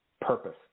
Purpose